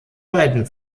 beiden